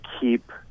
keep